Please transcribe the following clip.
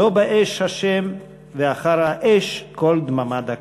לא באש ה', ואחר האש קול דממה דקה".